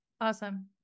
awesome